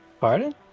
Pardon